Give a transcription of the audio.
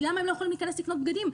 למה הם לא יכולים להיכנס לקנות בגדים?